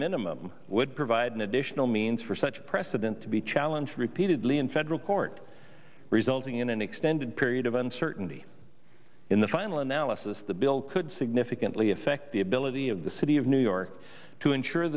minimum would provide an additional means for such precedent to be challenge repeatedly in federal court resulting in an extended period of uncertainty in the final analysis the bill could significantly affect the ability of the city of new york to ensure